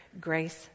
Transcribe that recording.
grace